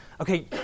okay